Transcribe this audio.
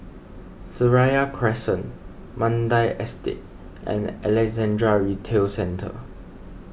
Seraya Crescent Mandai Estate and Alexandra Retail Centre